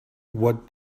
what